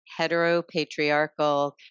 heteropatriarchal